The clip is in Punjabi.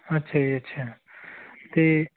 ਅੱਛਾ ਜੀ ਅੱਛਾ ਅਤੇ